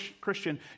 Christian